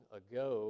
ago